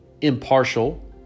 impartial